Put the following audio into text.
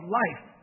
life